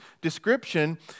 description